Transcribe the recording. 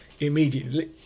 immediately